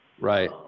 Right